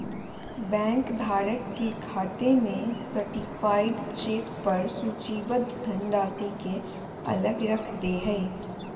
bank धारक के खाते में सर्टीफाइड चेक पर सूचीबद्ध धनराशि के अलग रख दे हइ